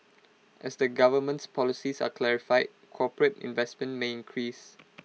as the government's policies are clarified corporate investment may increase